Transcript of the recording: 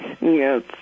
Yes